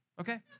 Okay